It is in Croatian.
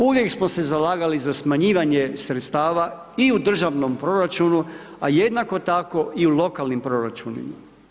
Uvijek smo se zalagali za smanjivanje sredstava i u državnom proračunu a jednako tako i u lokalnim proračunima.